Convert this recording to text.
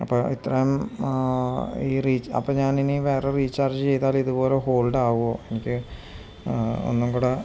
അപ്പോള് ഇത്രയും ഈ അപ്പോള് ഞാന് ഇനി വേറെ റീചാർജ് ചെയ്താൽ ഇതുപോലെ ഹോൾഡ് ആവുമോ എനിക്ക് ഒന്നും കൂടെ